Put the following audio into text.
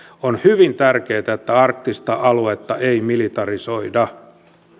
on hyvin tärkeätä että arktista aluetta ei militarisoida